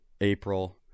April